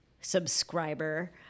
subscriber